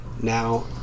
now